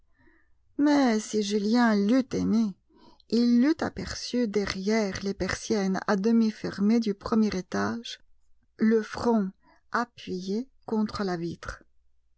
mais si julien l'eût aimée il l'eût aperçue derrière les persiennes à demi fermées du premier étage le front appuyé contre la vitre